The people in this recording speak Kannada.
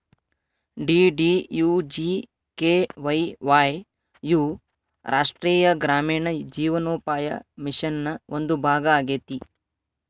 ಡಿ.ಡಿ.ಯು.ಜಿ.ಕೆ.ವೈ ವಾಯ್ ಯು ರಾಷ್ಟ್ರೇಯ ಗ್ರಾಮೇಣ ಜೇವನೋಪಾಯ ಮಿಷನ್ ನ ಒಂದು ಭಾಗ ಆಗೇತಿ